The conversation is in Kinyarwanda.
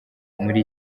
muri